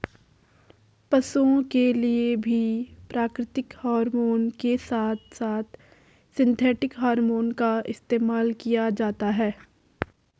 पशुओं के लिए भी प्राकृतिक हॉरमोन के साथ साथ सिंथेटिक हॉरमोन का इस्तेमाल किया जाता है